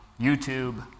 YouTube